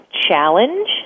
challenge